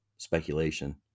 Speculation